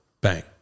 bang